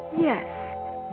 Yes